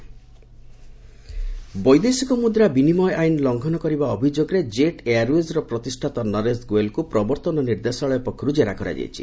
ନରେଶ Goyal ED ବୈଦେଶିକ ମୁଦ୍ରା ବିନିମୟ ଆଇନ ଲଂଘନ କରିବା ଅଭିଯୋଗରେ ଜେଟ୍ ଏୟାରଓ୍ବେଜ୍ର ପ୍ରତିଷାତା ନରେଶ ଗୋଏଲଙ୍କୁ ପ୍ରବର୍ତ୍ତନ ନିର୍ଦ୍ଦେଶାଳୟ ପକ୍ଷରୁ ଜେରା କରାଯାଇଛି